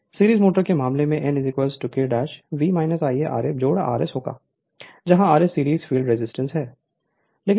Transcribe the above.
Refer Slide Time 2116 series motor के मामले में n K V Ia ra RS होगा जहां RS सीरीज फ़ील्ड रेजिस्टेंस है